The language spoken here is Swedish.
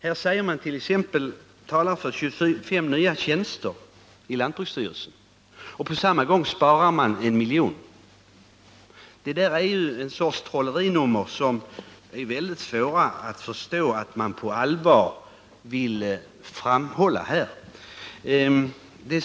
Här talar man tt.ex. för fem nya tjänster i lantbruksstyrelsen, och på samma gång sparar man 1 miljon. Det där är ju en sorts trollerinummer som jag har väldigt svårt att förstå att man på allvar vill framföra här.